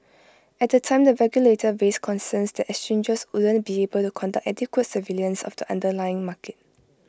at the time the regulator raised concerns that exchanges wouldn't be able to conduct adequate surveillance of the underlying market